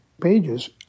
pages